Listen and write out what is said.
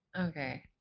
Okay